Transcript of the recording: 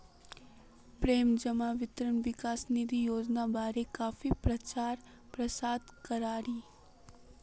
प्रेम जमा वित्त विकास निधि योजनार बारे काफी प्रचार प्रसार करील